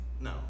No